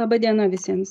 laba diena visiems